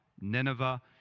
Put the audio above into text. Nineveh